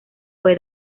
fue